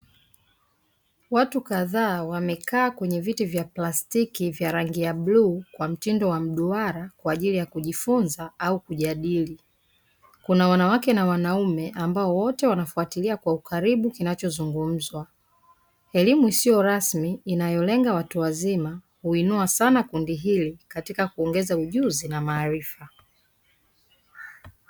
Watu kadhaa wamekaa kwenye viti vya plastiki vya rangi ya bluu kwa mtindo wa duara kwaajili ya kujifunza au kujadili. Kuna wanawake na wanaume ambao wote wanafuatilia kwa ukaribu kinachozungumzwa, elimu isiyo rasmi inayolenga watu wazima huinua sana kundi hili katika kuongeza ujuzi na maarifa.